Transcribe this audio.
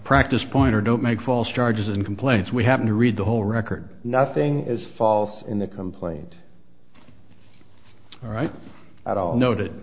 practice pointer don't make false charges and complaints we haven't read the whole record nothing is false in the complaint all right at all noted